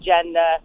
agenda